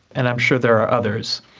and i'm sure there are others.